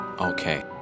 Okay